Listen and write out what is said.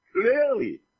clearly